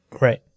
right